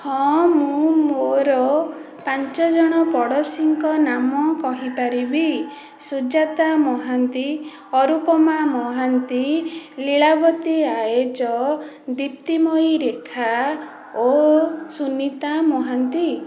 ହଁ ମୁଁ ମୋର ପାଞ୍ଚଜଣ ପଡ଼ୋଶୀ ଙ୍କ ନାମ କହିପାରିବି ସୁଜାତା ମହାନ୍ତି ଅରୁପମା ମହାନ୍ତି ଲୀଳାବତୀ ଆୟେଚ ଦିପ୍ତିମୟୀ ରେଖା ଓ ସୁନିତା ମହାନ୍ତି